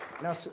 Now